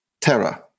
terror